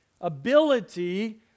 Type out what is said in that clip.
ability